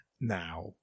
now